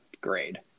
grade